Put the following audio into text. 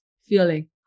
feeling